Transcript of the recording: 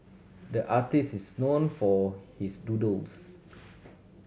the artist is known for his doodles